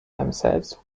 themselves